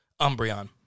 Umbreon